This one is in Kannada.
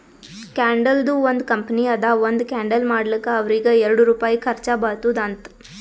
ಕ್ಯಾಂಡಲ್ದು ಒಂದ್ ಕಂಪನಿ ಅದಾ ಒಂದ್ ಕ್ಯಾಂಡಲ್ ಮಾಡ್ಲಕ್ ಅವ್ರಿಗ ಎರಡು ರುಪಾಯಿ ಖರ್ಚಾ ಬರ್ತುದ್ ಅಂತ್